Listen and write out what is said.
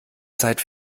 zeit